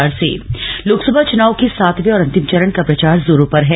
लोकसभा लोकसभा चुनाव के सातवें और अंतिम चरण का प्रचार जोरों पर है